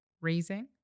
raising